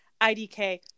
IDK